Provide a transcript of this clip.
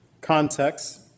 context